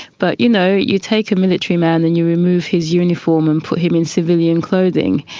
but, you know, you take a military man and you remove his uniform and put him in civilian clothing.